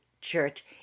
church